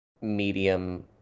medium